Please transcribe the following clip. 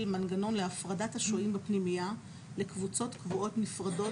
מנגנון להפרדת השוהים בפנימייה לקבוצות קבועות נפרדות,